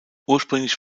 ursprünglich